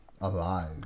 alive